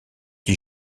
dit